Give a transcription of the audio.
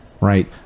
Right